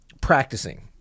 practicing